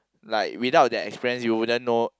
like without that experience you wouldn't know